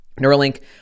Neuralink